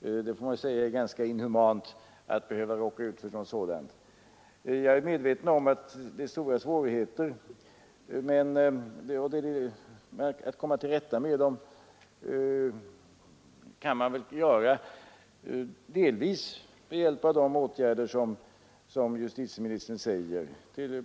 Man måste säga att det är ganska inhumana förhållanden när en intagen kan råka ut för något sådant. Jag är medveten om att det möter ganska stora svårigheter på detta område. Man kan väl delvis komma till rätta med dem med hjälp av sådana åtgärder som justitieministern pekar på.